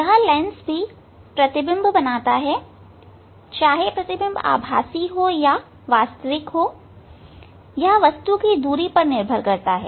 यह लेंस भी प्रतिबिंब बनाता है चाहे प्रतिबिंब आभासी हो या वास्तविक हो यह वस्तु की दर्पण से दूरी पर निर्भर करता है